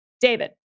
David